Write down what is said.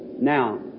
Now